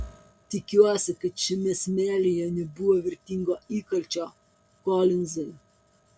tikiuosi kad šiame smėlyje nebuvo vertingo įkalčio kolinzai